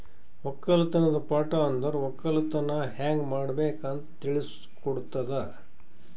ಒಕ್ಕಲತನದ್ ಪಾಠ ಅಂದುರ್ ಒಕ್ಕಲತನ ಹ್ಯಂಗ್ ಮಾಡ್ಬೇಕ್ ಅಂತ್ ತಿಳುಸ್ ಕೊಡುತದ